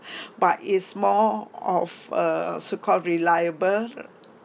but it's more of uh so called reliable